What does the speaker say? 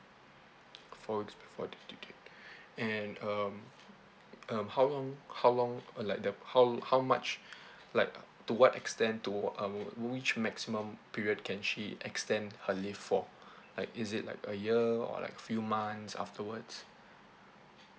four weeks before the due date and um um how long how long uh like the how how much like to what extent do our wh~ which maximum period can she extend her leave for like is it like a year or like few months afterwards